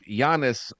Giannis